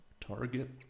Target